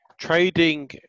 trading